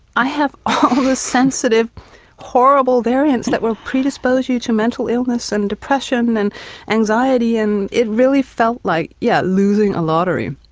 i have all the sensitive horrible variants that will predispose you to mental illness and depression and anxiety and it really felt like yeah losing a lottery.